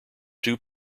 two